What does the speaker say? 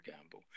gamble